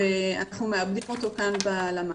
ואנחנו מעבדים אותו כאן בלמ"ס.